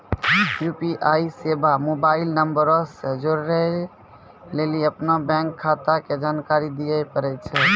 UPI सेबा mobile नंबरो से जोड़ै लेली अपनो बैंक खाता के जानकारी दिये पड़ै छै